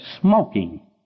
smoking